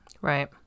Right